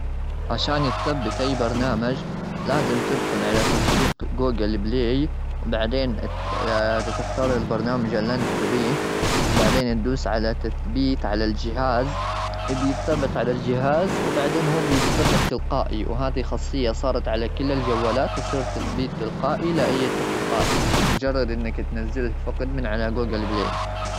عشان يتثبت أي برنامج، لازم تدخل على تطبيق Google Play. بعدين ات-تختار البرنامج اللي أنت تبيه، وبعدين تدوس على "تثبيت". على الجهاز، بيثبت على الجهاز. وبعدين هو بتثبيت تلقائي وهذي خاصية صارت على كل الجوالات، وتصير تثبيت تلقائي لأي تطبيقات بمجرد أنك تنزله فقط من على Google Play.